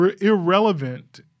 irrelevant